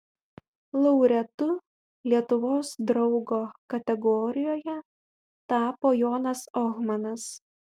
laureatu lietuvos draugo kategorijoje tapo jonas ohmanas